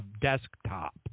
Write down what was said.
desktop